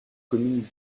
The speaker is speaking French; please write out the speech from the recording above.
commune